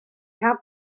had